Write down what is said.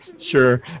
sure